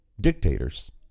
dictators